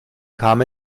kam